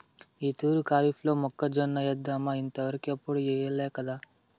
ఈ తూరి కరీఫ్లో మొక్కజొన్న ఏద్దామన్నా ఇంతవరకెప్పుడూ ఎయ్యలేకదా